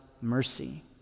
mercy